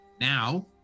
now